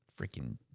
freaking